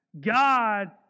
God